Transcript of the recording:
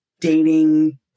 dating